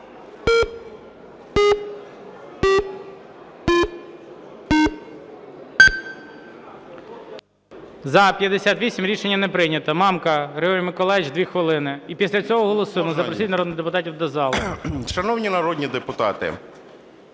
За-58 Рішення не прийнято. Мамка Григорій Миколайович 2 хвилини. І після цього голосуємо, запросіть народних депутатів до зали. 13:24:12 МАМКА Г.М. Шановні народні депутати,